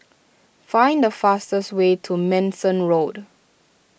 find the fastest way to Manston Road